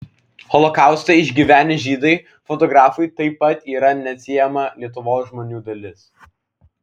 holokaustą išgyvenę žydai fotografui taip pat yra neatsiejama lietuvos žmonių dalis